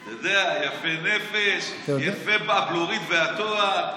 אתה יודע, יפה נפש, יפה הבלורית והתואר.